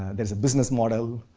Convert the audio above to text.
there's a business model,